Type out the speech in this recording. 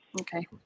Okay